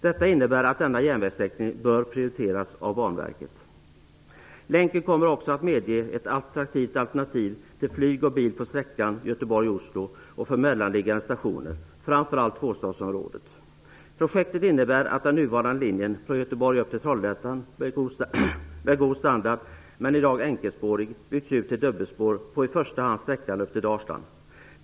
Detta innebär att denna järnvägssträckning bör prioriteras av Banverket. Länken kommer också att medge ett attraktivt alternativ till flyg och bil på sträckan Göteborg-- Oslo och för mellanliggande stationer, framför allt i Tvåstadsområdet. Projektet innebär att den nuvarande linjen från Göteborg till Trollhättan, vilken har god standard men som i dag är enkelspårig, byggs ut till dubbelspår på i första hand sträckan upp till Dalsland.